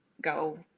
go